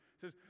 says